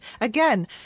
again